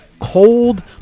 cold